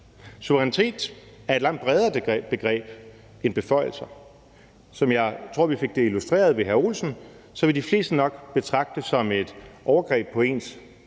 Suverænitet er et langt bredere begreb end beføjelse. Som vi fik det illustreret ved hr. Mads Olsen, tror det var, vil de fleste nok betragte det som et overgreb på ens